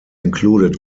included